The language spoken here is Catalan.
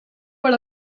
per